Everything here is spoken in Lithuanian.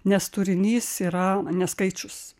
nes turinys yra ne skaičius